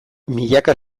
milaka